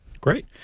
Great